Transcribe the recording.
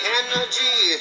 energy